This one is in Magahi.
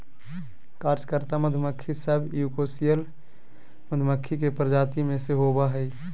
कार्यकर्ता मधुमक्खी सब यूकोसियल मधुमक्खी के प्रजाति में से होबा हइ